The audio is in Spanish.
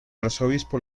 arzobispo